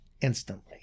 instantly